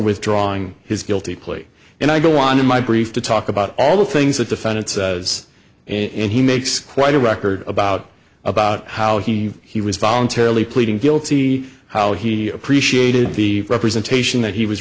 withdrawing his guilty plea and i go on in my brief to talk about all the things that defendants and he makes quite a record about about how he he was voluntarily pleading guilty how he appreciated the representation that he was